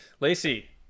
Lacey